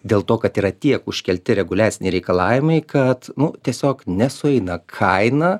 dėl to kad yra tiek užkelti reguliaciniai reikalavimai kad nu tiesiog nesueina kaina